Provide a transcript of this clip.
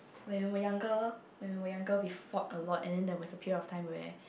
when we were younger when we were younger we fought a lot and then there was a period where